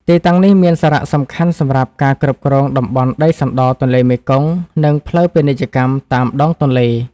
ទីតាំងនេះមានសារៈសំខាន់សម្រាប់ការគ្រប់គ្រងតំបន់ដីសណ្តទន្លេមេគង្គ និងផ្លូវពាណិជ្ជកម្មតាមដងទន្លេ។